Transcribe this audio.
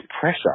pressure